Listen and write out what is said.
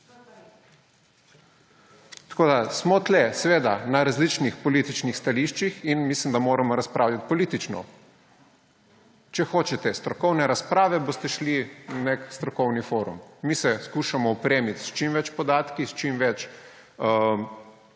Tukaj smo seveda na različnih političnih stališčih in mislim, da moramo razpravljati politično. Če hočete strokovne razprave, boste šli na nek strokovni forum. Mi se skušamo opremiti s čim več podatki, s čim več